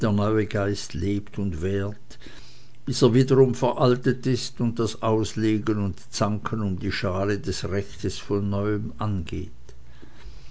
geist lebt und währt bis er wiederum veraltet ist und das auslegen und zanken um die schale des rechtes von neuem angeht